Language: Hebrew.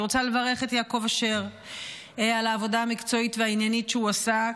אני רוצה לברך את יעקב אשר על העבודה המקצועית והעניינית שהוא עשה,